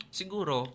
siguro